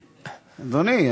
אדוני,